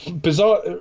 Bizarre